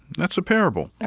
that's a parable.